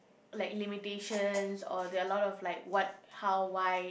like limitations or there are a lot of like what how why